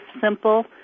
simple